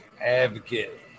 advocate